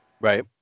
Right